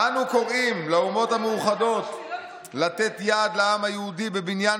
"אנו קוראים לאומות המאוחדות לתת יד לעם היהודי בבניין